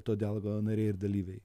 todėl nariai ir dalyviai